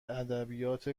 ادبیات